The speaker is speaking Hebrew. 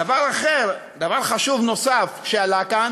דבר אחר, דבר חשוב נוסף שעלה כאן